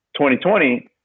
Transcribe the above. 2020